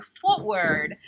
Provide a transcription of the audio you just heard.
forward